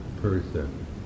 Person